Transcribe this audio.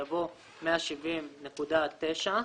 יבוא "170.9".